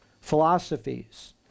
philosophies